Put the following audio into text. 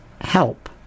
help